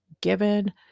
given